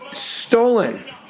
Stolen